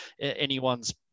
anyone's